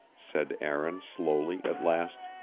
said aaron slowly at last,